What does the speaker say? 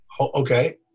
Okay